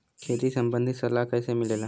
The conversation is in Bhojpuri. खेती संबंधित सलाह कैसे मिलेला?